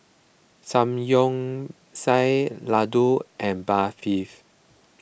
Samgyeopsal Ladoo and Barfis